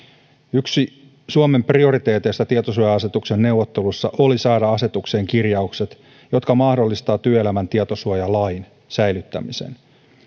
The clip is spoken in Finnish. yksi suomen prioriteeteista tietosuoja asetuksen neuvotteluissa oli saada asetukseen kirjaukset jotka mahdollistavat työelämän tietosuojalain säilyttämisen